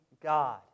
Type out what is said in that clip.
God